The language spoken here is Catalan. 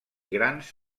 grans